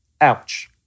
ouch